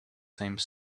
same